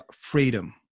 freedom